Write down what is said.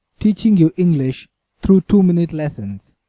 teaching you english through two-minute lessons.